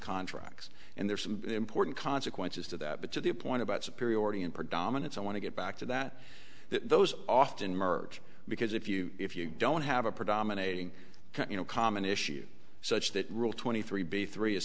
contracts and there's some important consequences to that but to the point about superiority and predominance i want to get back to that those often merge because if you if you don't have a predominating you know common issue such that rule twenty three b three is